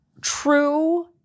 true